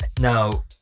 Now